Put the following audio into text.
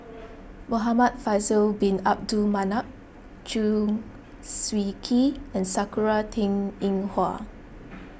Muhamad Faisal Bin Abdul Manap Chew Swee Kee and Sakura Teng Ying Hua